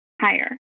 higher